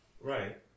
Right